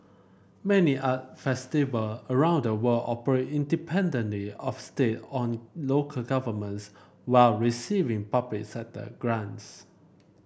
many art festival around the world operate independently of state or local governments while receiving public sector grants